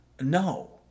no